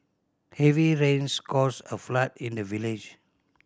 heavy rains caused a flood in the village